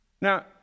Now